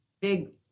big